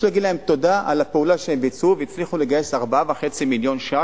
פשוט להגיד להם תודה על הפעולה שהם ביצעו והצליחו לגייס 4.5 מיליון שקל,